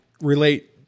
relate